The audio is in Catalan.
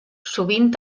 sovint